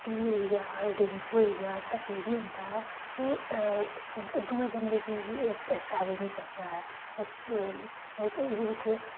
TV होइया dengue होइया जेह्ड़ा टीवी होंदा ऐ एह् दूऐ बंदे गी फैली निं सकदा ऐ इक्क एह्दे बिच